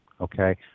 Okay